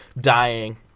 dying